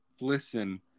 listen